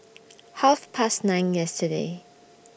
Half Past nine yesterday